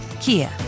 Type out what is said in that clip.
Kia